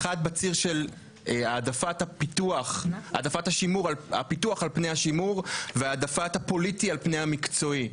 בציר של העדפת הפיתוח על פני השימור והעדפת הפוליטי על פני המקצועי.